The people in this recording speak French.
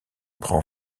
prend